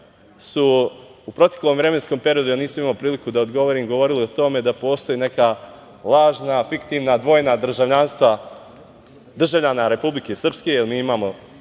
su u proteklom vremenskom periodu, ja nisam imao priliku da odgovorim, govorili o tome da postoje neka lažna, fiktivna, dvojna državljanstva državljana Republike Srpske, jer mi imamo